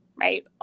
right